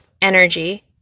energy